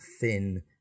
thin